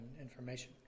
information